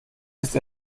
ist